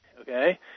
Okay